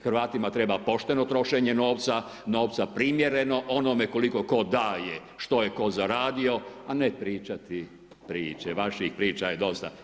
Hrvatima treba pošteno trošenje novca, novca primjereno onome koliko tko daje, što je tko zaradio, a ne pričati priče, vaših priča je dosta.